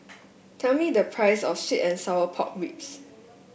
tell me the price of sweet and Sour Pork Ribs